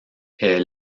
est